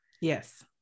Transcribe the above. Yes